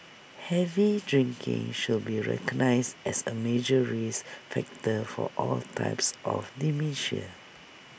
heavy drinking should be recognised as A major risk factor for all types of dementia